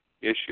issue